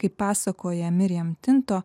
kaip pasakoja miriemtinto